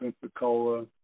Pensacola